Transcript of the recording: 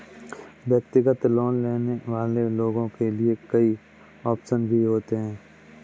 व्यक्तिगत लोन लेने वाले लोगों के लिये कई आप्शन भी होते हैं